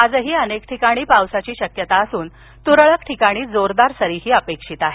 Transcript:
आजही अनेक ठिकाणी पावसाची शक्यता असून तुरळक ठिकाणी जोरदार सरीही अपेक्षित आहेत